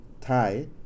Thai